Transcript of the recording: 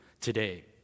today